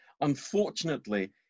unfortunately